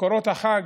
מקורות החג,